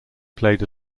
played